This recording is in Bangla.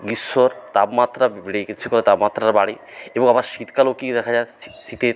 গ্রীষ্মর তাপমাত্রা বেড়ে গিয়েছে বা তাপমাত্রা বাড়ে এবং আবার শীতকালেও কি দেখা যাচ্ছে শীতের